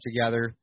together